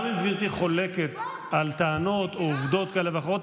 גם אם גברתי חולקת על טענות או עובדות כאלה או אחרות,